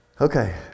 Okay